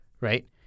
Right